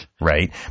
right